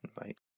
Invite